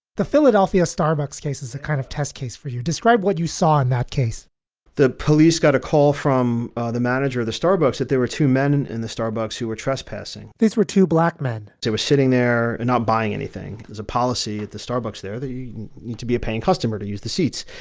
the philadelphia starbucks case is a kind of test case for you. describe what you saw in that case the police got a call from ah the manager of the starbucks that there were two men and in the starbucks who were trespassing. these were two black men. they were sitting there not buying anything. there's a policy at the starbucks there. you need to be a paying customer to use the seats.